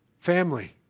Family